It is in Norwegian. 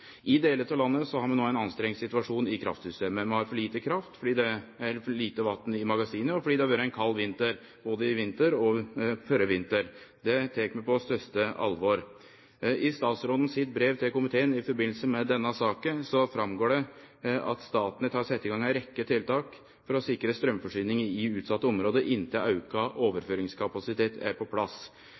I delar av landet har vi no ein pressa situasjon i kraftsystemet. Vi har for lite kraft, fordi det er for lite vatn i magasina og fordi det har vore ein kald vinter – både denne vinteren og førre vinteren. Det tek vi på største alvor. I statsråden sitt brev til komiteen i forbindelse med denne saka går det fram at Statnett har sett i gang ei rekkje tiltak for å sikre straumforsyninga i utsette område inntil auka overføringskapasitet er på plass.